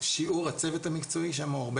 שיעור הצוות המקצועי שם הוא הרבה